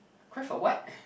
cry for what